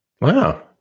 Wow